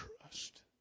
trust